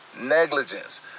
negligence